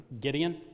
Gideon